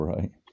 Right